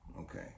Okay